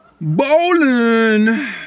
Bowling